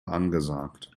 angesagt